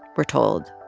we're told,